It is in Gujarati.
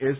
એસ